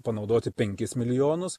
panaudoti penkis milijonus